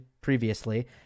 previously